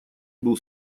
был